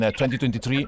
2023